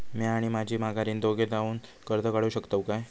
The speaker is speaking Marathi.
म्या आणि माझी माघारीन दोघे जावून कर्ज काढू शकताव काय?